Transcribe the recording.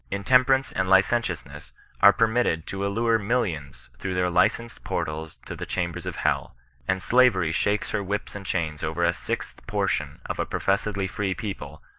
intemperance and licentiousness are permitted to allure millions through their licensed portals to the chambers of hell and sla very shakes her whips and chains over a sixth portion of a professedly free people,